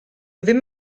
ddim